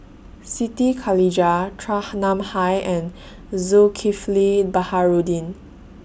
Siti Khalijah Chua Ham Nam Hai and Zulkifli Baharudin